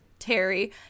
terry